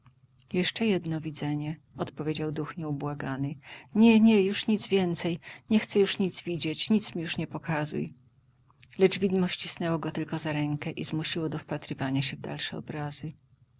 jeszcze jedno widzenie odpowiedział duch nieubłagany nie nie już nic więcej nie chcę już nic widzieć nic mi już nie pokazuj lecz widmo ścisnęło go tylko za rękę i zmusiło do wpatrywania się w dalsze obrazy